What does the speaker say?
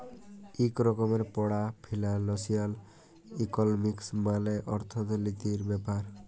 ইক রকমের পড়া ফিলালসিয়াল ইকলমিক্স মালে অথ্থলিতির ব্যাপার